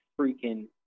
freaking